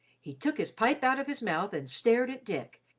he took his pipe out of his mouth and stared at dick,